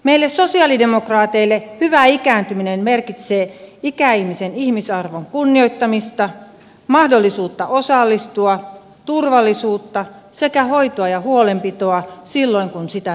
meille sosialidemokraateille hyvä ikääntyminen merkitsee ikäihmisen ihmisarvon kunnioittamista mahdollisuutta osallistua turvallisuutta sekä hoitoa ja huolenpitoa silloin kun sitä tarvitaan